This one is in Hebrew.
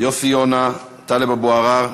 יוסי יונה, טלב אבו עראר.